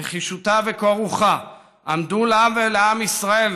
נחישותה וקור רוחה עמדו לה ולעם ישראל